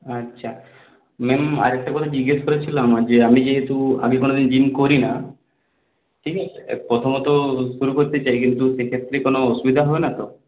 আচ্ছা ম্যাম আরেকটা কথা জিজ্ঞেস করার ছিল আমার যে আমি যেহেতু আগে কোনোদিন জিম করিনি ঠিক আছে প্রথম তো শুরু করতে চাই কিন্তু সেক্ষেত্রে কোনো অসুবিধা হবে না তো